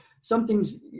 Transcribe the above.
something's